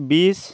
বিছ